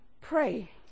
Pray